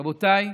רבותיי,